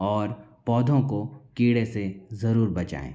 और पौधों को कीड़े से ज़रूर बचाएँ